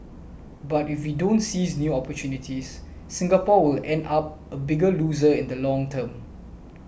but if we don't seize new opportunities Singapore will end up a bigger loser in the long term